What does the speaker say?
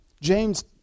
James